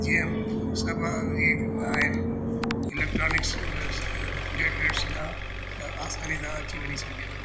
जीअं सभु इहे आहिनि इलैक्ट्रॉनिक्स गेट गेट खां आसानी सां अची वञी सघे थो